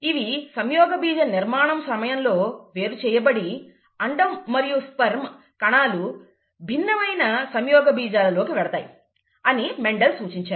ఇవి సంయోగ బీజ నిర్మాణం సమయంలో వేరుచేయబడి అండం మరియు స్పెర్మ్ కణాలు భిన్నమైన సంయోగబీజాల లోకి వెడతాయి అని మెండల్ సూచించారు